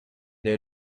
they